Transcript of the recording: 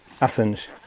Athens